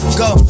go